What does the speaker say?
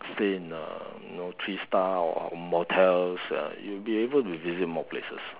stay in the uh you know three stars or motels uh you'll be able to visit more places